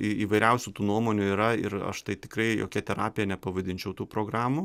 įvairiausių tų nuomonių yra ir aš tai tikrai jokia terapija nepavadinčiau tų programų